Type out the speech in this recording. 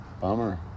Bummer